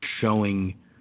showing